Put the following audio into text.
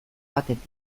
batetik